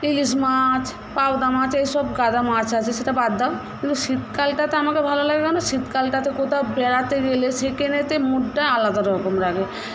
ইলিশ মাছ পাবদা মাছ এই সব গাদা মাছ আছে সেটা বাদ দাও কিন্তু শীতকালে আমাকে ভালো লাগে কারণ শীতকালে কোথাও বেড়াতে গেলে সেইখানে মুডটা আলাদা রকম লাগে